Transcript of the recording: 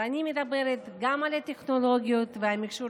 ואני מדברת גם על הטכנולוגיות והמכשור